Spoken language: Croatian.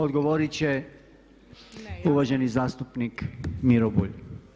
Odgovorit će uvaženi zastupnik Miro Bulj.